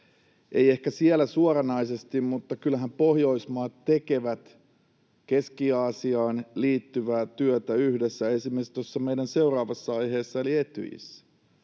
Ei ehkä siellä suoranaisesti, mutta kyllähän Pohjoismaat tekevät Keski-Aasiaan liittyvää työtä yhdessä, esimerkiksi tuossa meidän seuraavassa aiheessa eli Etyjissä,